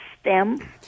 stem